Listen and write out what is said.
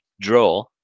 draw